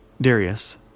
Darius